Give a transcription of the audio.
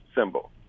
symbol